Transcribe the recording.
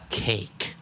cake